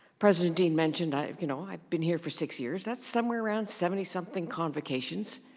president deane mentioned, i've you know i've been here for six years, that's somewhere around seventy something convocations.